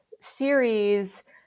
series